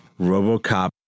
Robocop